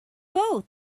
both